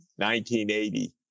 1980